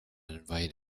inviting